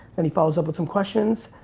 and he follows up with some questions.